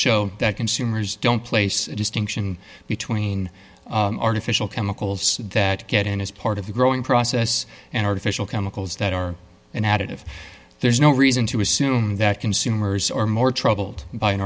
show that consumers don't place a distinction between artificial chemicals that get in as part of the growing process and artificial chemicals that are an additive there's no reason to assume that consumers are more troubled by an